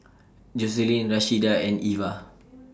Joselin Rashida and Iva